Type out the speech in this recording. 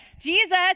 Jesus